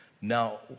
Now